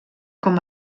com